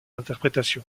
interprétation